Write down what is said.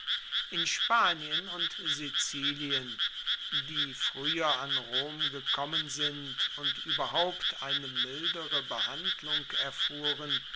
in spanien und sizilien die früher an rom gekommen sind und überhaupt eine mildere behandlung erfuhren